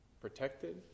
protected